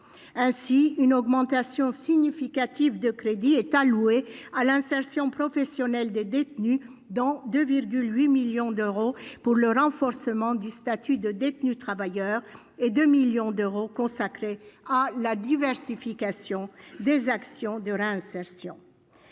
une augmentation significative des crédits alloués à l'insertion professionnelle des détenus, dont 2,8 millions d'euros pour le renforcement du statut de détenu travailleur et 2 millions d'euros consacrés à la diversification des actions de réinsertion.